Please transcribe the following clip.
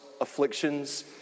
afflictions